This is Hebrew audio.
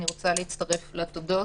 אני רוצה להצטרף לתודות.